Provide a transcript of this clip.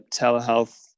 telehealth